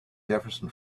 jefferson